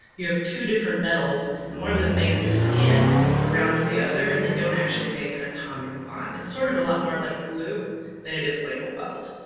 you have two different metals and one of them makes a skin around the other and they don't actually make an atomic bond. it's sort of a lot more like glue than it is like a weld.